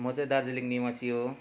म चाहिँ दार्जिलिङ निवासी हो